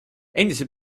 endise